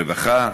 הרווחה.